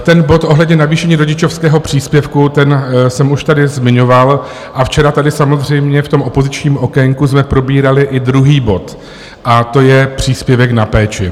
Ten bod ohledně navýšení rodičovského příspěvku, ten jsem už tady zmiňoval a včera jsme tady samozřejmě v opozičním okénku probírali i druhý bod, a to je příspěvek na péči.